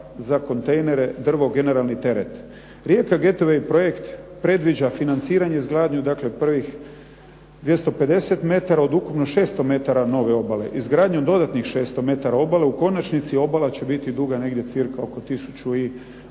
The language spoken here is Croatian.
za kontejnere drvo-generalni teret. Rijeka Gateway projekt predviđa financiranje i izgradnju dakle prvih 250 metara od ukupno 600 metara nove obale. Izgradnjom dodatnih 600 metara obale u končanici obala će biti duga negdje cca oko 1200